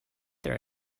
their